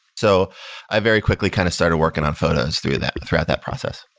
so i very quickly kind of started working on photos throughout that throughout that process.